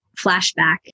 flashback